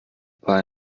bei